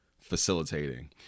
facilitating